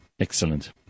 Excellent